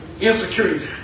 Insecurity